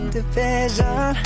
Division